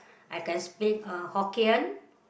I can speak Hokkien